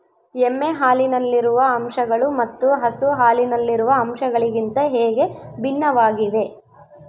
ಎಮ್ಮೆ ಹಾಲಿನಲ್ಲಿರುವ ಅಂಶಗಳು ಮತ್ತು ಹಸು ಹಾಲಿನಲ್ಲಿರುವ ಅಂಶಗಳಿಗಿಂತ ಹೇಗೆ ಭಿನ್ನವಾಗಿವೆ?